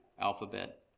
alphabet